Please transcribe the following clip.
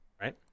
Right